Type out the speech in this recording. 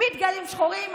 דגלים שחורים,